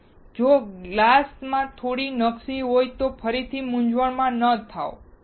તેથી જો ગ્લાસ માં થોડી નકશી હોય તો ફરીથી મૂંઝવણમાં ન થાઓ